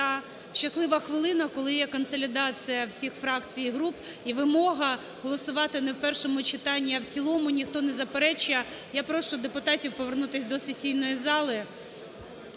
щаслива хвилина, коли є консолідація всіх фракцій і груп, і вимога голосувати не в першому читанні, а в цілому, ніхто не заперечує. Я прошу депутатів повернутись до сесійної зали.